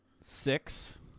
Six